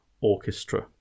orchestra